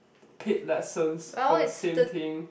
take lessons for the same thing